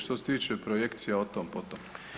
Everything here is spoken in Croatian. Što se tiče projekcija otom potom.